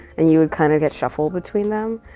and you would kind of get shuffled between them.